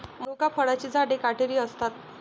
मनुका फळांची झाडे काटेरी असतात